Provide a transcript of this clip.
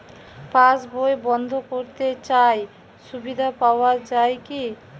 পাশ বই বন্দ করতে চাই সুবিধা পাওয়া যায় কি?